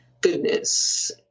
goodness